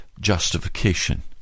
justification